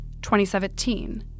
2017